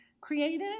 creative